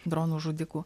dronų žudikų